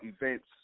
events